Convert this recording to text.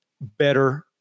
better